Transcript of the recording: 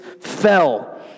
fell